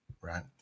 right